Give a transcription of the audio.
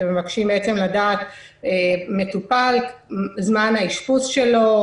אתם מבקשים לדעת מטופל זמן האשפוז שלו,